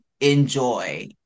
enjoy